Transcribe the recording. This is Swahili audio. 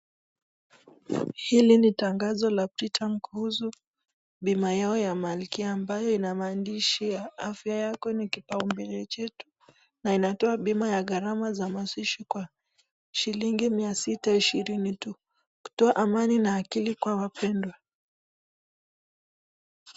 Hili ni tangazo la Britam kuhusu bima yao ya malkia ambayo ina maandishi ya afya yako ni kipaumbele chetu na inatoa bima ya gharama za mazishi kwa shilingi 620 tu. Kutoa amani na akilikwa wapendwa.